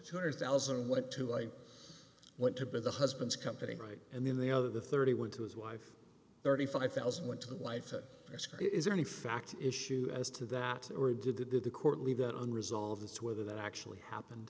two hundred thousand went to i went to the husband's company right and then the other thirty would to his wife thirty five thousand went to the wife it is only fact issue as to that or did the did the court leave that unresolved the to whether that actually happened